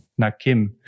Nakim